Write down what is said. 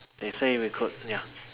they say we could ya